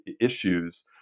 issues